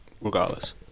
regardless